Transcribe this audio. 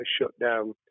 shutdown